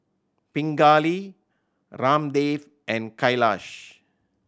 Pingali Ramdev and Kailash